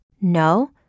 No